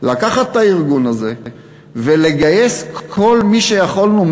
לקחת את הארגון הזה ולגייס כל מי שיכולנו,